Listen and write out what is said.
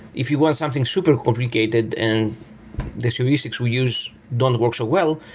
if you want something super complicated and the heuristics we use don't work so well,